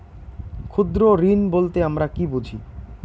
ক্ষুদ্র ঋণ বলতে আমরা কি বুঝি?